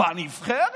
בנבחרת?